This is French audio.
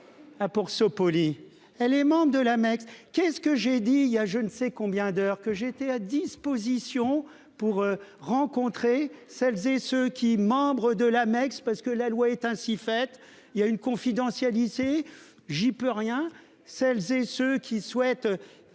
Ah pour se. Elle est membre de l'annexe. Qu'est-ce que j'ai dit il y a je ne sais combien d'heures que j'ai été à disposition pour rencontrer celles et ceux qui, membre de l'Amex parce que la loi est ainsi faite, il y a une confidentialité j'y peux rien. Celles et ceux qui souhaitent.